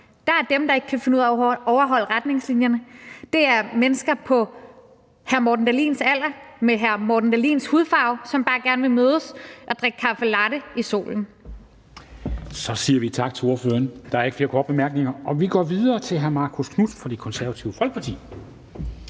for, er dem, der ikke kan finde ud af at overholde retningslinjerne, mennesker på hr. Morten Dahlins alder med hr. Morten Dahlins hudfarve, som bare gerne vil mødes og drikke caffe latte i solen. Kl. 14:30 Formanden (Henrik Dam Kristensen): Så siger vi tak til ordføreren. Der er ikke flere korte bemærkninger. Vi går videre til hr. Marcus Knuth fra Det Konservative Folkeparti.